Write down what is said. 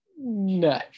No